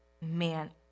man